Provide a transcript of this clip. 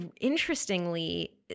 interestingly